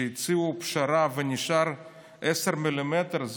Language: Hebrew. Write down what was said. שהציעו פשרה ונשארו עשרה מילימטר,